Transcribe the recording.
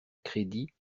crédit